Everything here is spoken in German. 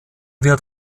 wird